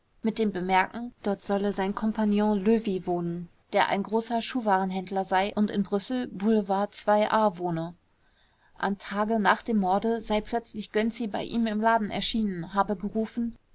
mit dem bemerken dort solle sein kompagnon löwy wohnen der ein großer schuhwarenhändler sei und in brüssel boulevard a wohne am tage nach dem morde sei plötzlich gönczi bei ihm im laden erschienen habe gerufen